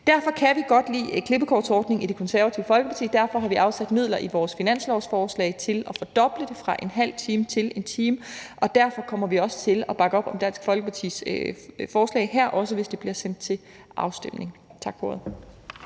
Derfor kan vi godt lide klippekortsordningen i Det Konservative Folkeparti, og derfor har vi afsat midler i vores finanslovsforslag til at fordoble det fra ½ time til 1 time, og derfor kommer vi til at bakke op om Dansk Folkepartis forslag her, også hvis det bliver sendt til afstemning. Tak for ordet.